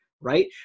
right